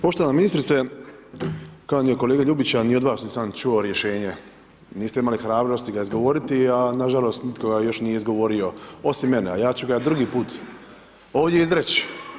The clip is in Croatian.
Poštovana ministrice, kao ni od kolege Ljubića, ni od vas nisam čuo rješenje, niste imali hrabrosti ga izgovoriti a nažalost nitko ga još nije izgovorio osim mene a ja ću ga drugi put ovdje izreći.